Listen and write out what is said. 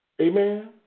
Amen